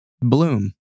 Bloom